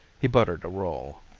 he buttered a roll.